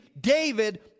David